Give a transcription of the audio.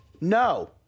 No